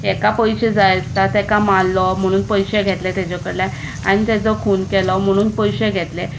हाका पयशे जाय आसता ताका मारलो म्हणून पयशे घेतले ताचेकडल्यान आनी ताचो खून केलो म्हणून पयशे घेतले